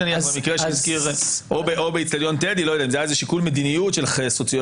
או באצטדיון טדי אם זה היה שיקול מדיניות סוציולוגי